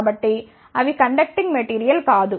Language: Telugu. కాబట్టి అవి కండక్టింగ్ మెటీరియల్ కాదు